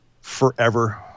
forever